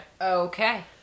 Okay